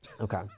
Okay